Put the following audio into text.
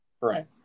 right